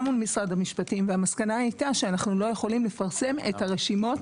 גם עם משרד המשפטים והמסקנה הייתה שאנחנו לא יכולים לפרסם את הרשימות,